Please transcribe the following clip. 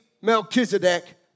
Melchizedek